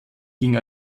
ging